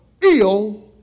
ill